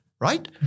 right